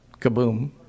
Kaboom